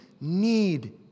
need